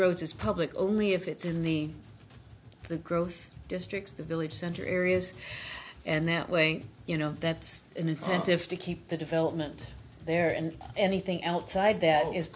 as public only if it's in the the growth district the village center areas and that way you know that's an incentive to keep the development there and anything else side that is